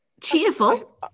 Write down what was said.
cheerful